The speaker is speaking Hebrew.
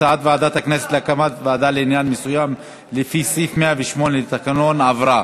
הצעת ועדת הכנסת להקים ועדה לעניין מסוים לפי סעיף 108 לתקנון עברה.